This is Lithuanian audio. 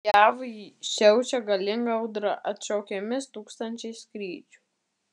jav siaučia galinga audra atšaukiami tūkstančiai skrydžių